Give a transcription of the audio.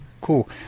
cool